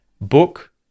Book